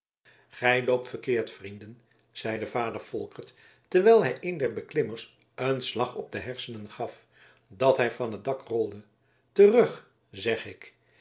gij loopt verkeerd vrienden zeide vader volkert terwijl hij een der beklimmers een slag op de hersenen gaf dat hij van het dak rolde terug zeg ik